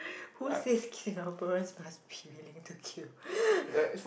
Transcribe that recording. who says Singaporeans must be willing to queue